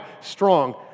Strong